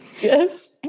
Yes